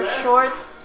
shorts